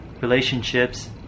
relationships